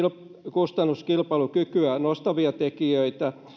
kustannuskilpailukykyä nostavia tekijöitä